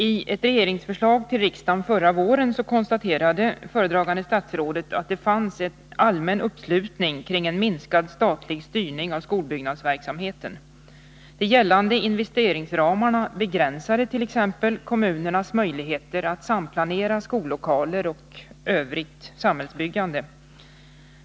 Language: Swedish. I ett regeringsförslag till riksdagen förra våren konstaterade föredragande statsrådet att det fanns en allmän uppslutning kring en minskad statlig styrning av skolbyggnadsverksamheten. De gällande investeringsramarna begränsade t.ex. kommunernas möjligheter att samplanera skollokaler och övrigt samhällsbyggande.